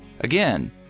Again